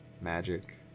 Magic